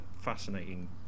fascinating